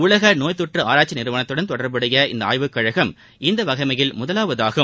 உலக நோய்த்தொற்று ஆராய்ச்சி நிறுவனத்துடன் தொடர்புடைய இந்த ஆய்வுக்கழகம் இந்த வகைமையில் முதலாவதாகும்